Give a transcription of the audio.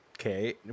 Okay